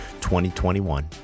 2021